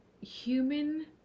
human